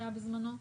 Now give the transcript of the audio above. שהיה בזמנו.